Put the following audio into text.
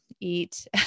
eat